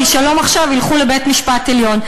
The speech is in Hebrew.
כי "שלום עכשיו" ילכו לבית-המשפט העליון.